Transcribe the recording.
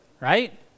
right